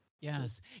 yes